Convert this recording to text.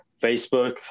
Facebook